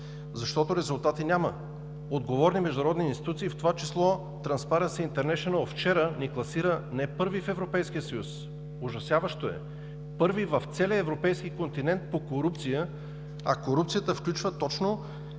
Защото резултати няма! Отговорни международни институции, в това число „Transparency International“ вчера ни класира не първи в Европейския съюз, ужасяващо е, а първи в целия европейски континент по корупция, а корупцията включва точно